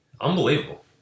Unbelievable